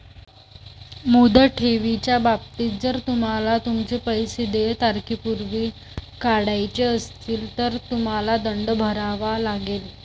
मुदत ठेवीच्या बाबतीत, जर तुम्हाला तुमचे पैसे देय तारखेपूर्वी काढायचे असतील, तर तुम्हाला दंड भरावा लागेल